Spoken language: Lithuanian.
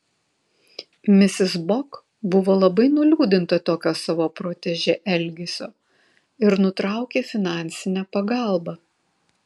misis bok buvo labai nuliūdinta tokio savo protežė elgesio ir nutraukė finansinę pagalbą